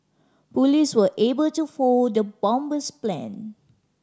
police were able to foil the bomber's plan